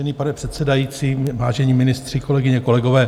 Vážený pane předsedající, vážení ministři, kolegyně, kolegové.